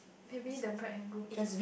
maybe the bride and groom eat